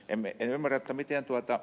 en ymmärrä miten ed